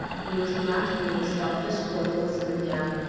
he was matched with the stoutest followers of the camp,